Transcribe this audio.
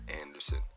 Anderson